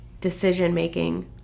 decision-making